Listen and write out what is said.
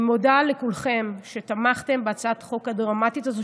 אני מודה לכולכם על שתמכתם בהצעת חוק הדרמטית הזאת,